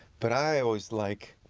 but i always like,